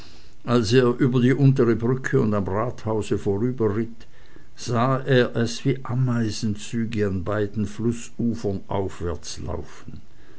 als er über die untere brücke und am rathause vorüberritt sah er es wie ameisenzüge an beiden flußufern aufwärts